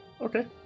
Okay